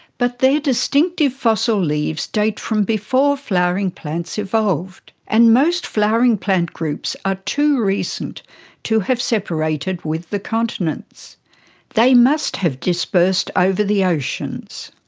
but their distinctive fossil leaves date from before flowering plants evolved, and most flowering plant groups are too recent to have separated with the continents they must have dispersed over the oceans.